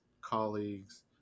colleagues